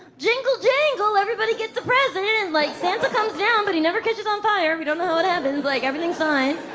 jingle, jingle, everybody gets a present. like santa comes down, but he never catches on fire. we don't know how it happens. like everything's fine.